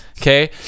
Okay